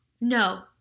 No